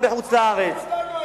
לפי חוק,